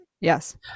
Yes